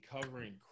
covering